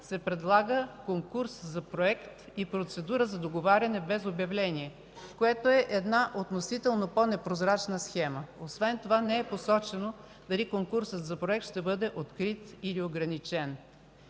се предлага конкурс за проект и процедура за договаряне без обявление, което е относително по-непрозрачна схема. Освен това не е посочено дали конкурсът за проект ще бъде открит или ограничен.